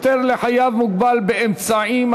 הפטר לחייב מוגבל באמצעים),